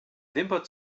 wimper